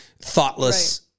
thoughtless